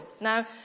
Now